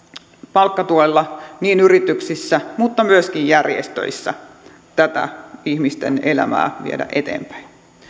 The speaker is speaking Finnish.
palkkatuella niin yrityksissä kuin myöskin järjestöissä tätä ihmisten elämää viedä eteenpäin